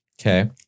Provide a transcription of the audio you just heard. Okay